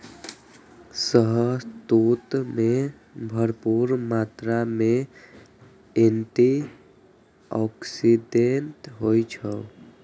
शहतूत मे भरपूर मात्रा मे एंटी आक्सीडेंट होइ छै